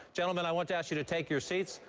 gentlemen, i want to ask you to take your seats.